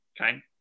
okay